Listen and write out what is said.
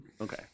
Okay